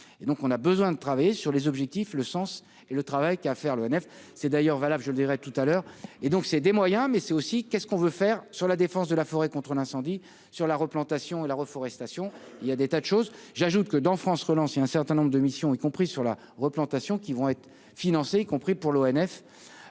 et donc on a besoin de travailler sur les objectifs, le sens et le travail qu'a à faire, l'ONF, c'est d'ailleurs valable, je dirai tout à l'heure, et donc c'est des moyens, mais c'est aussi qu'est ce qu'on veut faire sur la défense de la forêt contre un incendie sur la replantation et la reforestation il y a des tas de choses, j'ajoute que dans France relance un certain nombre de missions, y compris sur la replantation qui vont être financés, y compris pour l'ONF,